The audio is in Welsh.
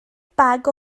bag